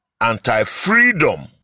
anti-freedom